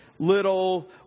little